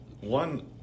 One